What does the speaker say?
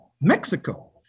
Mexico